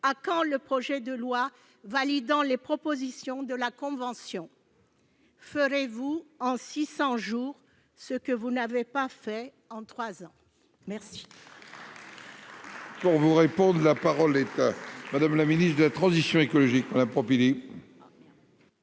À quand le projet de loi validant les propositions de la Convention ? Ferez-vous en 600 jours ce que vous n'avez pas fait en trois ans ? La